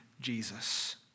Jesus